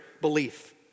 belief